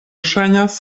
ŝajnas